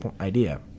idea